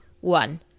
one